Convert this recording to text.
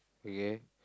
okay